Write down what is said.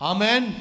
Amen